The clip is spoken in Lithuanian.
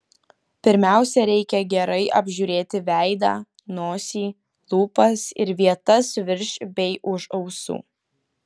pirmiausia reikia gerai apžiūrėti veidą nosį lūpas ir vietas virš bei už ausų